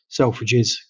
Selfridges